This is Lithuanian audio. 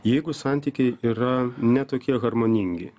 jeigu santykiai yra ne tokie harmoningi